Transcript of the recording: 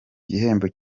gihembo